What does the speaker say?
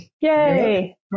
Yay